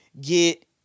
get